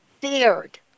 feared